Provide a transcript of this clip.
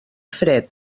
fred